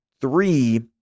three